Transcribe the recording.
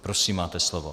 Prosím, máte slovo.